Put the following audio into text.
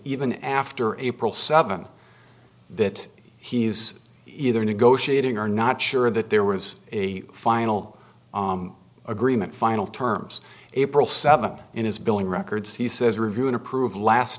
even after april seventh that he's either negotiating or not sure that there was a final agreement final terms april seventh in his billing records he says review and approve last